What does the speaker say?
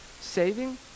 saving